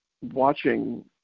watching